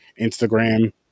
instagram